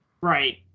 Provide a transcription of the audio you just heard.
Right